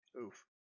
Oof